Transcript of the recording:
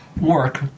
work